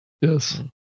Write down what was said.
Yes